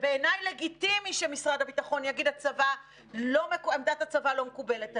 ובעיניי לגיטימי שמשרד הביטחון יגיד: עמדת הצבא לא מקובלת עלינו.